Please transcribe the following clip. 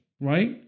Right